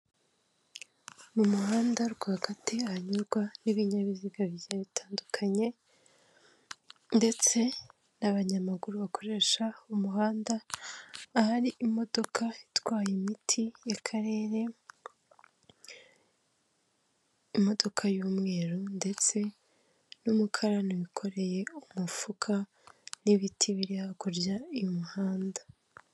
Mu muhanda rwagati hanyurwa n'ibinyabiziga bigiye bitandukanye ndetse n'abanyamaguru bakoresha umuhanda, ahari imodoka itwaye imiti y'akarere, imodoka y'umweru ndetse n'umukarani wikoreye umufuka n'ibiti biri hakurya y'umuhanda.